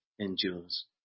endures